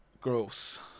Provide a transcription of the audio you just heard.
Gross